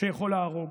שיכול להרוג.